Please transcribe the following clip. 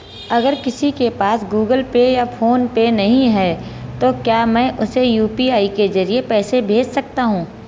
अगर किसी के पास गूगल पे या फोनपे नहीं है तो क्या मैं उसे यू.पी.आई के ज़रिए पैसे भेज सकता हूं?